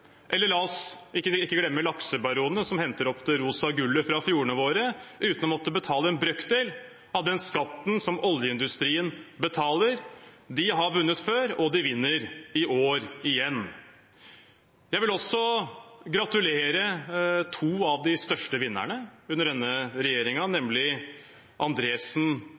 La oss heller ikke glemme laksebaronene, som henter opp det rosa gullet fra fjordene våre uten å måtte betale en brøkdel av den skatten som oljeindustrien betaler. De har vunnet før, og de vinner i år igjen. Jeg vil også gratulere to av de største vinnerne under denne regjeringen, nemlig